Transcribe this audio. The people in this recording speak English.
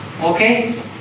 Okay